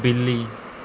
ਬਿੱਲੀ